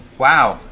wow.